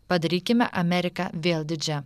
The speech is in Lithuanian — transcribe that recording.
padarykime ameriką vėl didžia